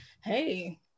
hey